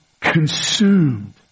consumed